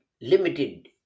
limited